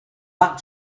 back